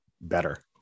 better